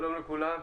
שלום לכולם,